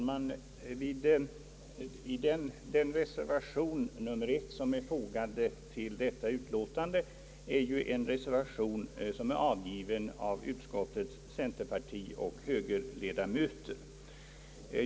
Herr talman! Till det utskottsutlåtande som nu behandlas har fogats en reservation, betecknad med 1, som är avgiven av utskottets centerpartioch högerpartiledamöter.